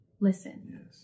listen